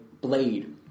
Blade